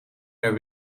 meer